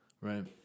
right